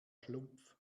schlumpf